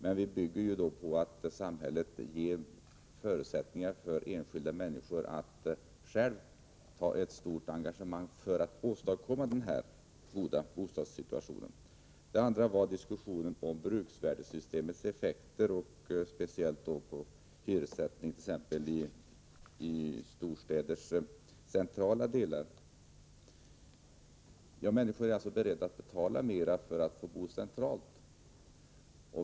Men vår uppfattning bygger på att samhället ger förutsättningar för enskilda människor att själva engagera sig för att åstadkomma denna goda bostadssituation. Min andra kommentar gäller diskussionen om bruksvärdessystemets effekter, speciellt på hyressättningen i t.ex. storstäders centrala delar. Människor är beredda att betala mera för att få bo centralt.